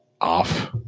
off